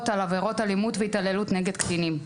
על עבירות אלימות והתעללות נגד קטינים.